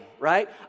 right